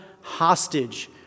hostage